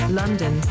london